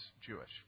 Jewish